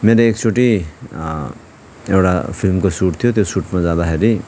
मेरो एकचोटि एउटा फिल्मको सुट थियो त्यो सुटमा जाँदाखेरि